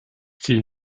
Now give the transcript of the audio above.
ziel